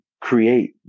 create